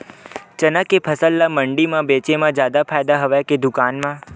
चना के फसल ल मंडी म बेचे म जादा फ़ायदा हवय के दुकान म?